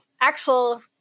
actual